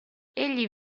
egli